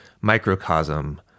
microcosm